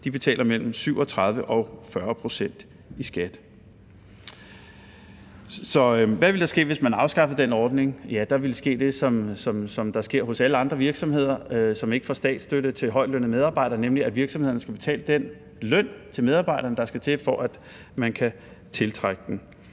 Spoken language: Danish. betaler mellem 37 pct. og 40 pct. i skat. Så hvad ville der ske, hvis man afskaffede den ordning? Ja, der ville ske det, som der sker hos alle andre virksomheder, som ikke får statsstøtte til højtlønnede medarbejdere, nemlig at virksomheden skal betale den løn til medarbejderne, der skal til for at man kan tiltrække dem.